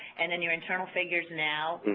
and then your internal figures now,